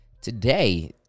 Today